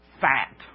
fat